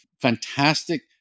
fantastic